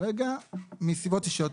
כרגע היא לא פה מסיבות אישיות.